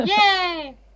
Yay